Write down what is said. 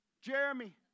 Jeremy